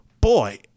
Boy